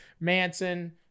Manson